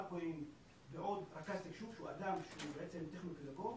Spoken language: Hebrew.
ברקואים ועוד רכז תקשוב שהוא אדם שהוא טכנו פדגוג,